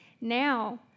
Now